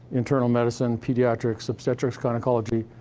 internal medicine, pediatrics, obstetrics, gynecology,